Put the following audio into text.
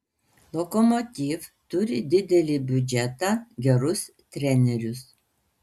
lokomotiv turi didelį biudžetą gerus trenerius